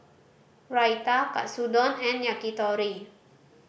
Raita Katsudon and Yakitori